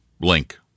link